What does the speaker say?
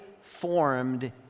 formed